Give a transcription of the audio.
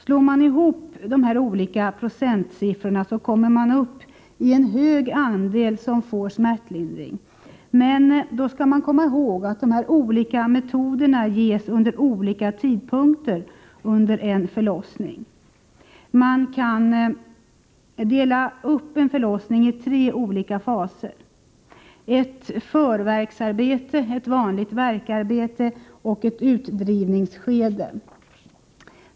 Slår man ihop de olika procentsiffrorna kommer man upp i en stor andel kvinnor som fått smärtlindring. Då måste man komma ihåg att de olika metoderna används vid olika tidpunkter under en förlossning. Man kan dela upp en förlossning i tre olika faser: ett förvärksarbete, ett vanligt värkarbete och ett utdrivnings skede.